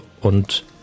und